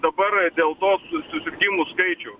dabar dėl to susirgimų skaičiaus